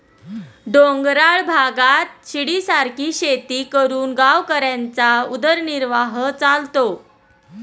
डोंगराळ भागात शिडीसारखी शेती करून गावकऱ्यांचा उदरनिर्वाह चालतो